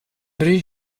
bryr